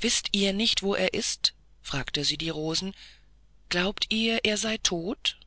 wißt ihr nicht wo er ist fragte sie die rosen glaubt ihr er sei tot